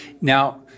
Now